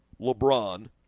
LeBron